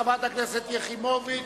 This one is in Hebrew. חברת הכנסת יחימוביץ,